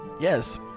Yes